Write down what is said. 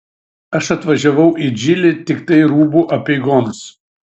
aš atvažiavau į džilį tiktai rūbų apeigoms